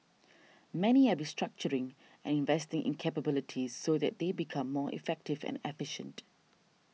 many are restructuring and investing in capabilities so they they become more effective and efficient